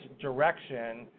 direction